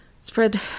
Spread